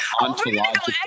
ontological